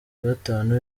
gatanu